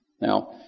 Now